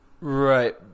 right